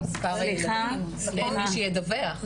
אין מי שידווח.